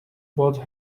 bought